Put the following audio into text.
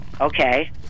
okay